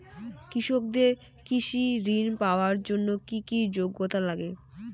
কৃষকদের কৃষি ঋণ পাওয়ার জন্য কী কী যোগ্যতা লাগে?